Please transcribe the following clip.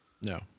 No